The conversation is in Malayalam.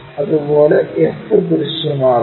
അതുപോലെ f ദൃശ്യമാകും